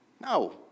No